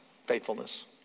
Faithfulness